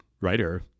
writer